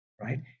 right